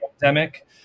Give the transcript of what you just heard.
pandemic